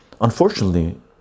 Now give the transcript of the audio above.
Unfortunately